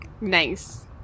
nice